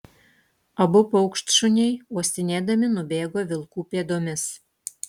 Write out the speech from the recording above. abu paukštšuniai uostinėdami nubėgo vilkų pėdomis